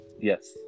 Yes